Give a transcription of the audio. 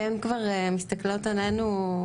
אתן כבר מסתכלות עלינו,